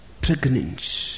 pregnant